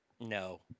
No